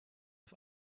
auf